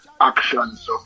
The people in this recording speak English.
actions